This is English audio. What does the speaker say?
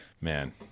man